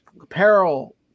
apparel